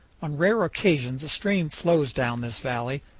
on rare occasions a stream flows down this valley,